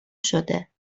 شده